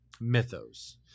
mythos